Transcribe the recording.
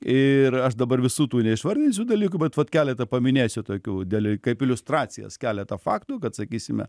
ir aš dabar visų tų neišvardinsiu dalykų bet vat keletą paminėsiu tokių dalykų kaip iliustracijas keletą faktų kad sakysime